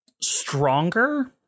stronger